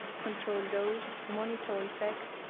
control dose, monitor effects,